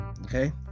Okay